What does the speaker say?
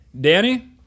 Danny